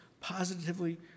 positively